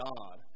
God